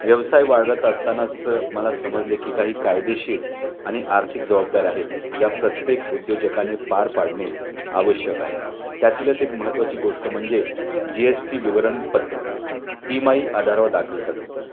व्यवसाय वाढत असतानाच मला समजले की काही कायदेशीर आणि आर्थिक जबाबदाऱ्या आहेत ज्या प्रत्येक उद्योजकाने पार पाडणे आवश्यक आहे त्यातीलच एक महत्त्वाची गोष्ट म्हणजे जी एस टी विवरणपत्र तिमाही आधारावर दाखल करणे